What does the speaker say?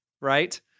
right